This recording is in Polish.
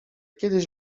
kiedyś